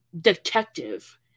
detective